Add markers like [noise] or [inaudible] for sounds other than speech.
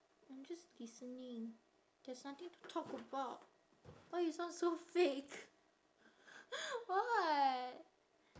I'm just listening there's nothing to talk about why you sound so fake [noise] what